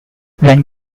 when